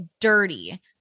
dirty